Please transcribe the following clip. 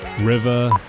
River